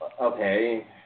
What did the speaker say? okay